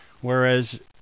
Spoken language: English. whereas